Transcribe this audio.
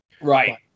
Right